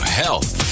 health